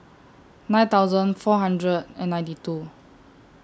nine thousand four hundred and ninety two